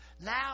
Now